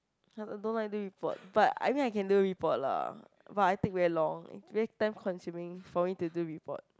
I'm alone I do report but I mean I can do report lah but I take very long it's very time consuming for me to do report